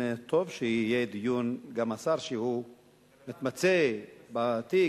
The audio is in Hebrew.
טוב שיהיה דיון וגם השר שמתמצא בתיק,